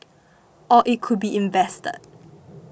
or it could be invested